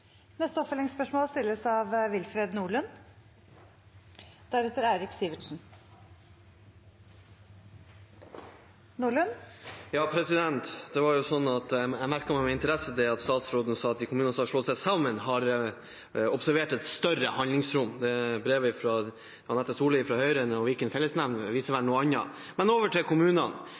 Willfred Nordlund – til oppfølgingsspørsmål. Jeg merket meg med interesse at statsråden sa at de kommunene som har slått seg sammen, har observert et større handlingsrom. Brevet fra Anette Solli fra Høyre og Viken fellesnemnd viser vel noe annet. Men over til kommunene: